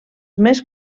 més